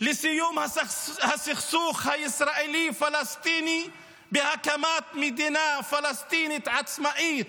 לסיום הסכסוך הישראלי פלסטיני בהקמת מדינה פלסטינית עצמאית